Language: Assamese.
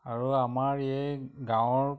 আৰু আমাৰ এই গাঁৱৰ